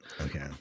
Okay